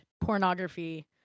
pornography